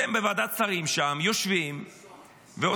אתם בוועדת שרים שם יושבים ועושים,